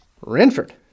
Renford